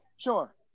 Sure